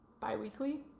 Bi-weekly